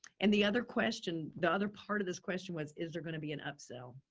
and the other question, the other part of this question was, is there going to be an upsell?